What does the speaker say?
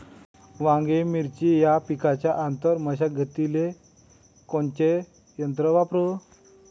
वांगे, मिरची या पिकाच्या आंतर मशागतीले कोनचे यंत्र वापरू?